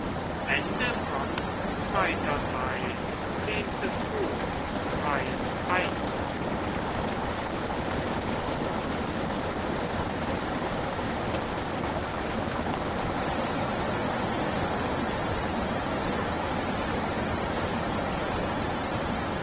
betreten zehntes buch